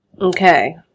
Okay